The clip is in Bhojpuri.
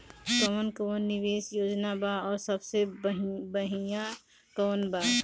कवन कवन निवेस योजना बा और सबसे बनिहा कवन बा?